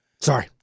Sorry